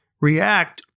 react